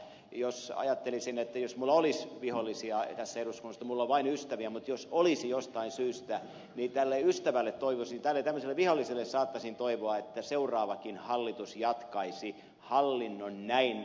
jos ajattelisin että minulla olisi vihollisia tässä eduskunnassa minulla on vain ystäviä mutta jos olisi jostain syystä niin tämmöiselle viholliselle saattaisin toivoa että seuraavakin hallitus jatkaisi näin rajuja hallinnon remontteja